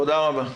תודה רבה.